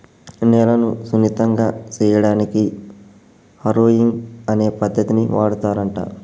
నేలను సున్నితంగా సేయడానికి హారొయింగ్ అనే పద్దతిని వాడుతారంట